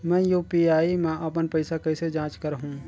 मैं यू.पी.आई मा अपन पइसा कइसे जांच करहु?